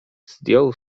zdjął